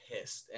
pissed